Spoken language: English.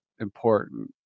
important